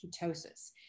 ketosis